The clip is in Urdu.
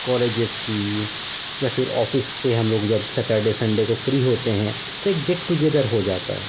کالجز کی یا پھر آفس سے ہم لوگ جب سٹرڈے سنڈے کو پھری ہوتے ہیں تو ایک گیٹ ٹوگیدر ہو جاتا ہے